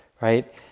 right